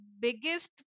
biggest